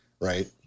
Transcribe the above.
Right